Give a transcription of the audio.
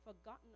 forgotten